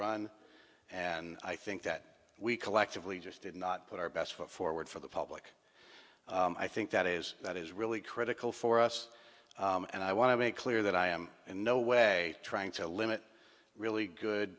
run and i think that we collectively just did not put our best foot forward for the public i think that is that is really critical for us and i want to make clear that i am in no way trying to limit really good